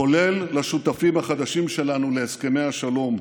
כולל לשותפים החדשים שלנו להסכמי השלום,